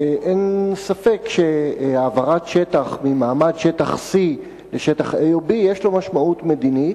אין ספק שהעברת שטח ממעמד שטח C לשטח A ו-B יש לו משמעות מדינית,